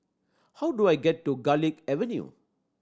how do I get to Garlick Avenue